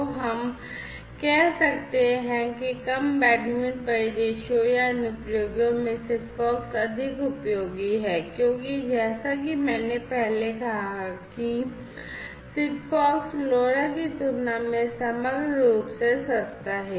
तो हम कह सकते हैं कि कम बैंडविड्थ परिदृश्यों या अनुप्रयोगों में SIGFOX अधिक उपयोगी है क्योंकि जैसा कि मैंने पहले कहा कि SIGFOX LoRa की तुलना में समग्र रूप से सस्ता है